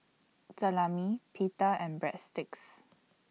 Salami Pita and Breadsticks